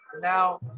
now